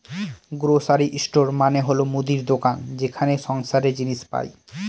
grocery store মানে হল মুদির দোকান যেখানে সংসারের জিনিস পাই